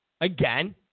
Again